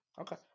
Okay